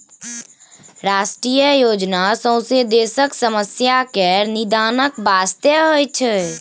राष्ट्रीय योजना सौंसे देशक समस्या केर निदानक बास्ते होइ छै